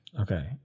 okay